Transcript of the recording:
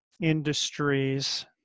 industries